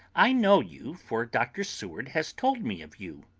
i know you, for dr. seward has told me of you.